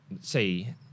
say –